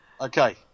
Okay